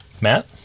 Matt